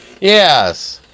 Yes